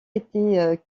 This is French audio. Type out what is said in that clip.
était